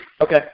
Okay